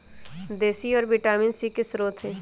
देशी औरा vitamin C के स्रोत हई